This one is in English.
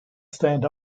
stand